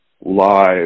live